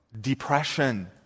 depression